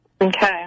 Okay